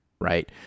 right